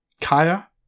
Kaya